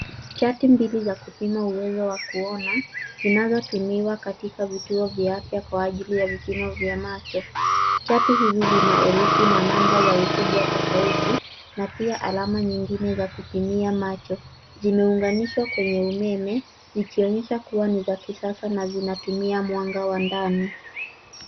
Chart mbili za kupima uwezo wa kuona vinavyotumiwa katika vituo vya afya kwa ajili ya vipimo vya macho. Chart hizi zina herufi na namba za ukubwa tofauti na pia alama nyingine za kupimia macho. Zimeunganishwa kwenye umeme vikionyesha kuwa ni vya kisasa na vinatumia mwanga wa ndani.